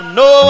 no